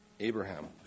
Abraham